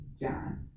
John